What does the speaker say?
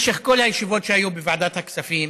משך כל הישיבות שהיו בוועדת הכספים